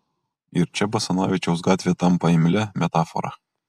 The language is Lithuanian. ir čia basanavičiaus gatvė tampa imlia metafora